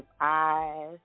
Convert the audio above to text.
eyes